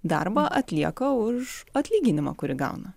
darbą atlieka už atlyginimą kurį gauna